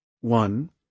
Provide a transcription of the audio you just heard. one